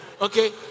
Okay